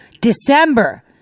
December